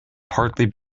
partly